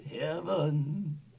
Heaven